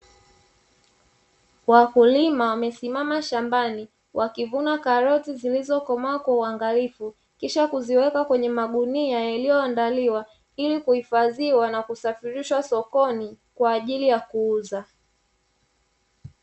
Wakulima wamesimama shambani wakivuna karoti zilizokomaa kwa uangalifu kisha kuziweka kwenye magunia yaliyoandaliwa ili kuhfadhiwa na kusafirishwa sokoni kwa ajili ya kuuza.